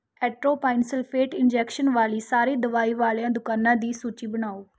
atropine sulphate injection ਵਾਲੀ ਸਾਰੇ ਦਵਾਈ ਵਾਲੀਆਂ ਦੁਕਾਨਾਂ ਦੀ ਸੂਚੀ ਬਣਾਓ